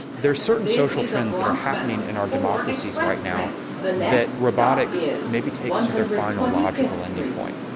there are certain social trends that are happening in our democracies right now that robotics maybe takes to their final logical ending point.